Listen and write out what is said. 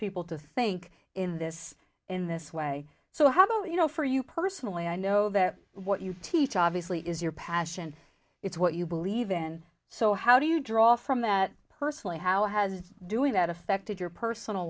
people to think in this in this way so how about you know for you personally i know that what you teach obviously is your passion it's what you believe in so how do you draw from that personally how has doing that affected your personal